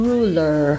Ruler